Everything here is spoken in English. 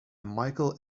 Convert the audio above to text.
michael